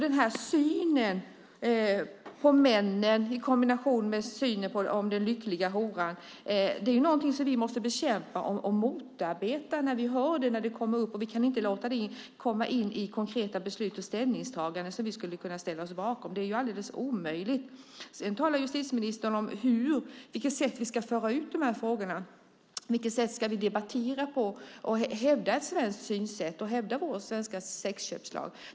Den här synen på män i kombination med föreställningen om den lyckliga horan är någonting som vi måste bekämpa och motarbeta när vi hör det och när det kommer upp. Vi kan inte låta det komma in i konkreta beslut och ställningstaganden som vi skulle kunna ställa oss bakom. Det är ju alldeles omöjligt. Justitieministern talar om på vilket sätt vi ska föra ut de här frågorna, på vilket sätt vi ska debattera och hur vi ska hävda ett svenskt synsätt och vår svenska sexköpslag.